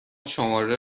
شماره